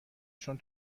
چون